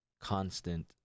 constant